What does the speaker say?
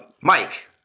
Mike